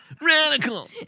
Radical